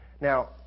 Now